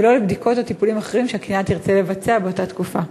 ולא בדיקות או טיפולים אחרים שהקטינה תרצה לבצע באותה תקופה.